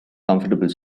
comfortable